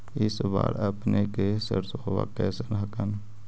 इस बार अपने के सरसोबा कैसन हकन?